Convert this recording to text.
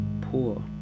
poor